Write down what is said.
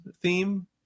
theme